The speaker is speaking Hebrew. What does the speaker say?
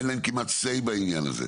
אין להם כמעט say בעניין הזה.